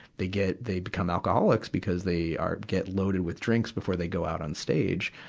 they get, they become alcoholics because they are, get loaded with drinks before they go out on stage.